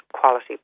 quality